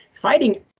fighting